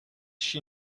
she